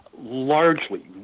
Largely